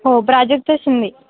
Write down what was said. हो प्राजक्ता शिंदे